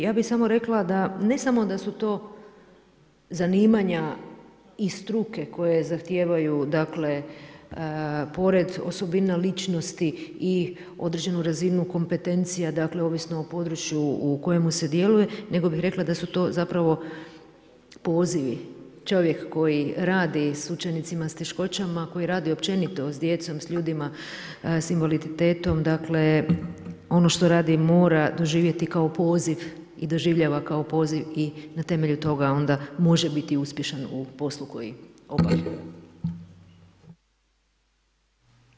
Ja bi samo rekla da ne samo da su to zanimanja i struke koje zahtijevaju pored osobina ličnosti i određenu razinu kompetencija, dakle ovisno o području u kojem se djeluje, nego bih rekla da su to zapravo pozivi, čovjek koji radi s učenicima s teškoćama, koji radi općenito s djecom, s ljudima s invaliditetom, ono što radi i mora doživjeti kao poziv i doživljava kao poziv i na temelju toga onda može biti uspješan u poslu koji obavlja.